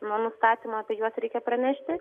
nuo nustatymo apie juos reikia pranešti